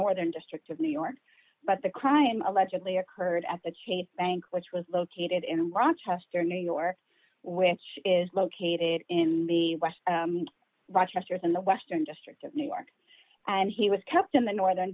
northern district of new york but the crime allegedly occurred at the chase bank which was located in rochester new york which is located in the west rochester is in the western district of new york and he was kept in the northern